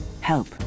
Help